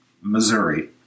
Missouri